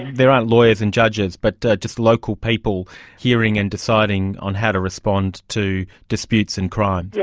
there aren't lawyers and judges but just local people hearing and deciding on how to respond to disputes and crimes. yes,